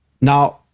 now